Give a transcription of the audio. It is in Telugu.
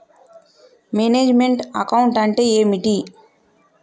మేనేజ్ మెంట్ అకౌంట్ అంటే ఏమిటి?